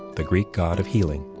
the greek god of healing.